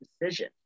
decision